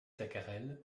tacarel